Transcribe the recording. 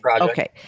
Okay